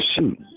shoot